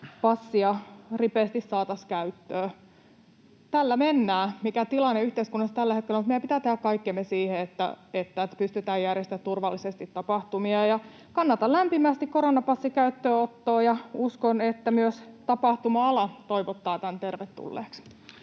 tätä passia ripeästi saataisiin käyttöön. Tällä mennään, mikä tilanne yhteiskunnassa tällä hetkellä on, mutta meidän pitää tehdä kaikkemme siihen, että pystytään järjestämään turvallisesti tapahtumia. Kannatan lämpimästi koronapassin käyttöönottoa ja uskon, että myös tapahtuma-ala toivottaa tämän tervetulleeksi.